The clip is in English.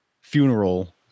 funeral